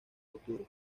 futuro